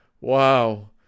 Wow